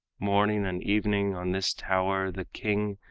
morning and evening on this tower the king,